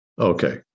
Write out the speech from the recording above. Okay